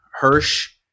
Hirsch